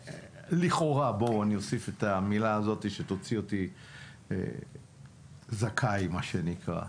לכאורה אני אוסיף את המילה הזאת שתוציא אותי זכאי מה שנקרא.